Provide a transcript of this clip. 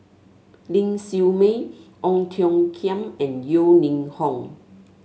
Ling Siew May Ong Tiong Khiam and Yeo Ning Hong